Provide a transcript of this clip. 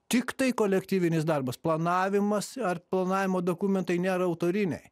tiktai kolektyvinis darbas planavimas ar planavimo dokumentai nėra autoriniai